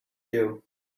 you